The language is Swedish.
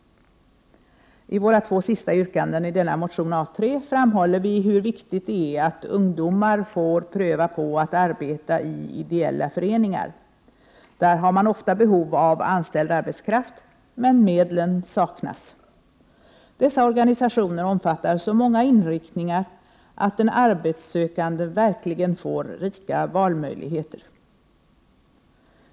I våra två sista yrkanden i motion 1988/89:A3 framhåller vi hur viktigt det är att ungdomar får pröva på att arbeta i ideella föreningar. Där har man ofta behov av att anställa arbetskraft, men medlen saknas. Dessa organisationer omfattar så många inriktningar att den arbetssökande verkligen får rika valmöjligheter.